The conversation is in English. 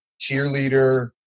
cheerleader